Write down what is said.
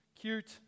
cute